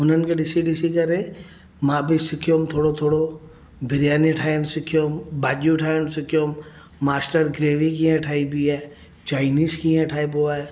हुननि खे ॾिसी ॾिसी करे मां बि सिखियुमि थोरो थोरो बिरियानी ठाहिणु सिखियुमि भॼियूं ठाहिणु सिखियुमि मास्टर ग्रेवी कीअं ठाइबी आहे चाइनीज़ कीअं ठाइबो आहे